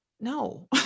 No